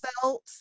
felt